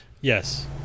Yes